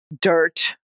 dirt